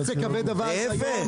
אז מי שרוצה כבד אווז היום,